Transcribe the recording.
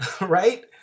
right